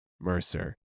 Mercer